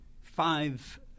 five